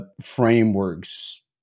frameworks